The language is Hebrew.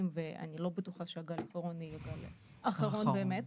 ואני לא בטוחה שהגל קורונה יהיה גם אחרון באמת.